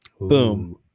boom